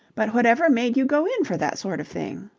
but whatever made you go in for that sort of thing?